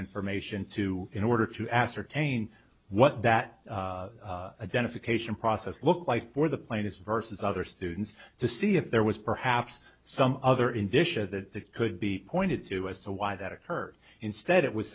information to in order to ascertain what that identification process looks like for the plaintiffs versus other students to see if there was perhaps some other indicia that could be pointed to as to why that occurred instead it was